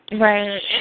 Right